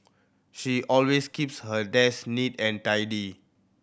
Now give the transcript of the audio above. she always keeps her desk neat and tidy